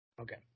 Okay